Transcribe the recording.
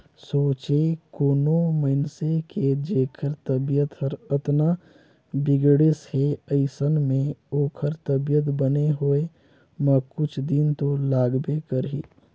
सोंचे कोनो मइनसे के जेखर तबीयत हर अतना बिगड़िस हे अइसन में ओखर तबीयत बने होए म कुछ दिन तो लागबे करही